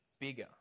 bigger